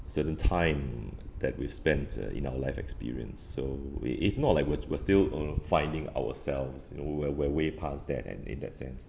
certain time that we've spent uh in our life experience so it it's not like we're we're still uh finding ourselves you know we're we're way past that and in that sense